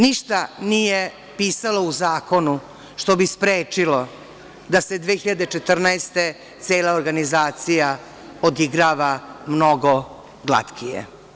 Ništa nije pisalo u zakonu što bi sprečilo da se 2014. godine cela organizacija odigrava mnogo glatkije.